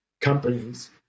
companies